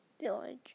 village